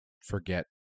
forget